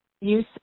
use